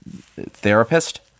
therapist